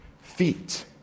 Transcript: feet